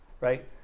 right